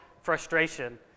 frustration